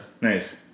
Nice